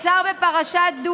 חבריי חברי הכנסת,